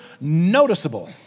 noticeable